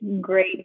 great